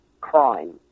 crime